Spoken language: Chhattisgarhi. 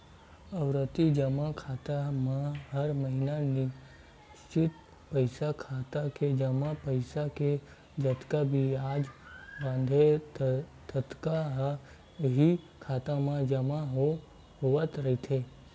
आवरती जमा खाता म हर महिना निस्चित पइसा खाता के जमा पइसा के जतका बियाज बनथे ततका ह इहीं खाता म जमा होवत रहिथे